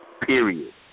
Period